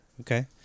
okay